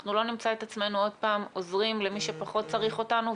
שאנחנו לא נמצא את עצמנו עוד פעם עוזרים למי שפחות צריך אותנו,